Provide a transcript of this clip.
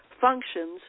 functions